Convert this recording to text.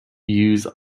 use